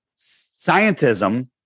scientism